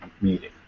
meeting